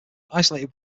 isolated